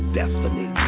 destiny